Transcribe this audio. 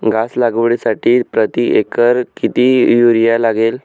घास लागवडीसाठी प्रति एकर किती युरिया लागेल?